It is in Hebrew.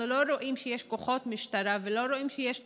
שיש כוחות משטרה ולא רואים שיש תגבור,